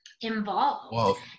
involved